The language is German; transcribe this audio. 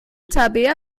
tabea